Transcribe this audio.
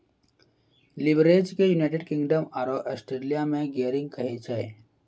leverage के United Kingdom आरो Australia मे गियरिंग कहै छै